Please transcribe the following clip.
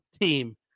team